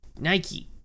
Nike